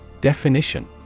Definition